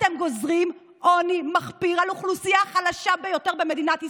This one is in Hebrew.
אתם גוזרים עוני מחפיר על האוכלוסייה החלשה ביותר במדינת ישראל.